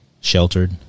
sheltered